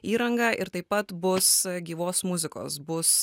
įranga ir taip pat bus gyvos muzikos bus